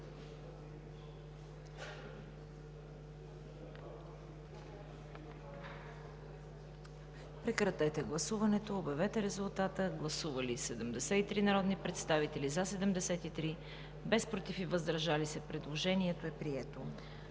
Прекратете гласуването и обявете резултата. Гласували 70 народни представители: за 70, против и въздържали се няма. Предложението е прието.